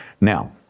Now